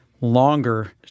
longer